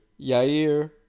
Yair